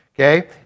Okay